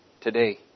today